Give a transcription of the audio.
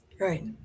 Right